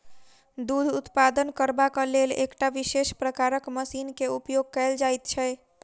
दूध उत्पादन करबाक लेल एकटा विशेष प्रकारक मशीन के उपयोग कयल जाइत छै